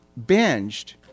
binged